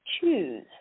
choose